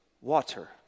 water